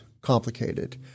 complicated